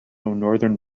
northern